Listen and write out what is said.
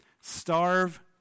Starve